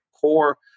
core